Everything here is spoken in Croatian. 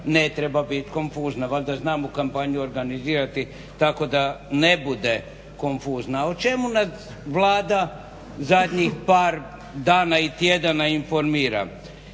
ne treba biti konfuzna. Valjda znamo kompaniju organizirati tako da ne bude konfuzna. O čemu nas Vlada zadnjih par dana i tjedana informira.